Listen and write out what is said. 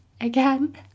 Again